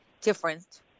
different